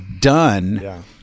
done